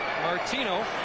Martino